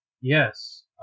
Yes